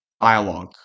dialogue